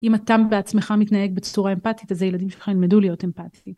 אם אתה בעצמך מתנהג בצורה אמפתית אז הילדים שלך ילמדו להיות אמפתיים.